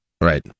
right